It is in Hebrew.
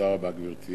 תודה רבה, גברתי.